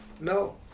No